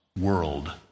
world